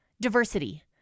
Diversity